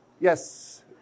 Yes